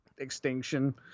Extinction